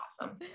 awesome